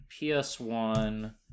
ps1